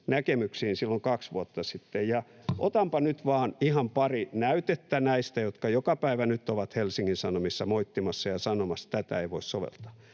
näkemyksiin silloin kaksi vuotta sitten, ja otanpa nyt vaan ihan pari näytettä näistä, jotka joka päivä nyt ovat Helsingin Sanomissa moittimassa ja sanomassa, että tätä ei voi soveltaa.